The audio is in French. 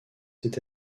cette